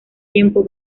tiempo